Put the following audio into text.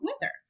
weather